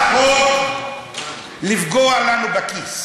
אני עושה רעש, תוסיף לו עוד עשר דקות.